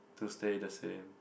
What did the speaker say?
to stay the same